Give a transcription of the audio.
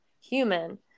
human